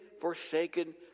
forsaken